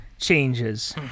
changes